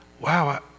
wow